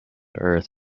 earth